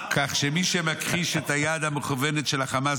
-- כך שמי שמכחיש את היד המכוונת של החמאס